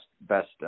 best